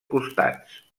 costats